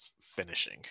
Finishing